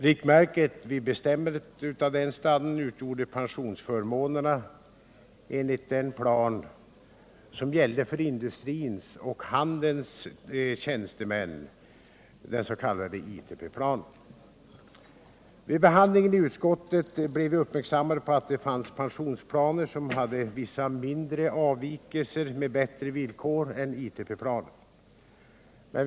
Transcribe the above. Riktmärket vid bestämmandet av denna standard utgjorde pensionsförmånerna enligt den plan som gällde för industrins och handelns tjänstemän, den s.k. ITP-planen. Vid behandlingen i utskottet blev vi uppmärksammade på att det fanns pensionsplaner som hade vissa mindre avvikelser med bättre villkor än ITP planen.